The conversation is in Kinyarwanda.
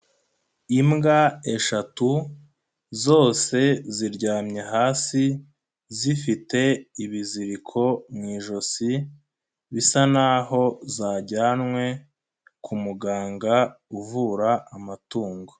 Imbwa eshatu zose ziryamye hasi zifite ibiziriko mu ijosi, bisa naho zajyanwe ku muganga uvura amatungo.